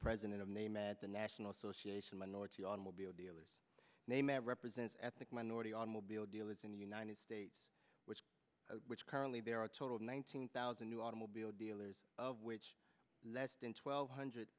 president of name at the national association minority automobile dealers name of represents ethnic minority automobile dealers in the united states which which currently there are a total of nineteen thousand new automobile dealers of which less than twelve hundred